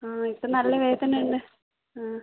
ആ ഇപ്പം നല്ല വേദന ഉണ്ട് ആ